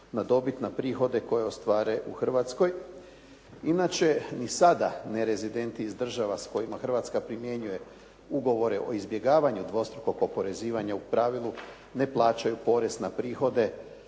na dobit na prihode koje ostvare u Hrvatskoj. Inače ni sada nerezidenti iz država s kojima Hrvatska primjenjuje ugovore o izbjegavanju dvostrukog oporezivanja u pravilu ne plaćaju porez na prihode